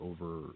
over